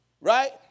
Right